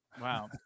Wow